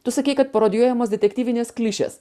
tu sakei kad parodijuojamos detektyvinės klišės